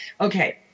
okay